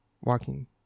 walking